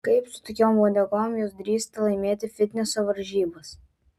kaip su tokiom uodegom jos drįsta laimėti fitneso varžybas